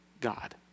God